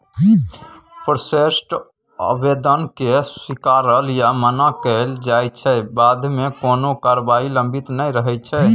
processed आबेदनकेँ स्वीकारल या मना कएल जाइ छै बादमे कोनो कारबाही लंबित नहि रहैत छै